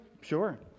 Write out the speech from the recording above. sure